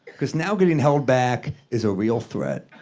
cause now getting held back is a real threat.